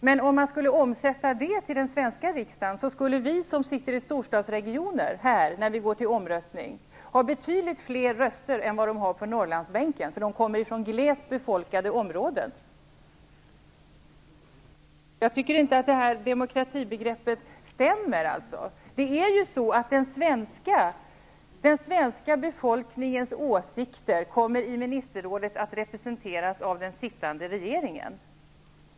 Men om detta skulle omsättas till svenska riksdagen, skulle vi som sitter i storstadsregioner när vi går till omröstning få betydligt fler röster än vad som finns på Det här demokratibegreppet stämmer inte. Den svenska befolkningens åsikter kommer i Ministerrådet att representeras av den sittande regeringen.